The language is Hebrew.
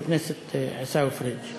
חבר הכנסת עיסאווי פריג'.